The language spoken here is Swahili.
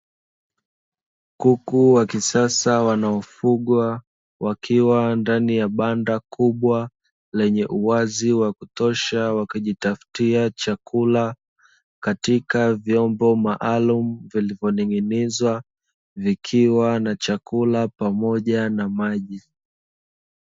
Kuku wa kisasa wanaofugwa wakiwa ndani ya banda kubwa lenye uwazi wakutosha, wakijitafutia chakula katika vyombo maalumu vilivyoning'inizwa vikiwa na chakula pamoja na maji.